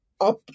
up